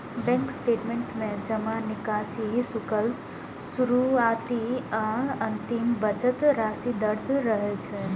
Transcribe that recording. bank statement में जमा, निकासी, शुल्क, शुरुआती आ अंतिम बचत राशि दर्ज रहै छै